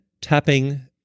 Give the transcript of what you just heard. tapping –